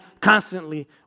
constantly